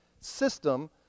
system